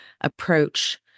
approach